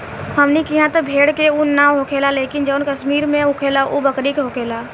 हमनी किहा त भेड़ के उन ना होखेला लेकिन जवन कश्मीर में उन होखेला उ बकरी के होखेला